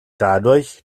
dadurch